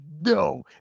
no